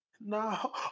No